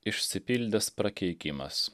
išsipildęs prakeikimas